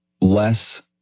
less